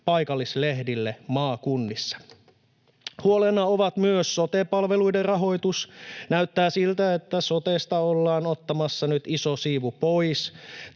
paikallislehdille maakunnissa. Huolena on myös sote-palveluiden rahoitus. Näyttää siltä, että sotesta ollaan ottamassa nyt iso siivu pois.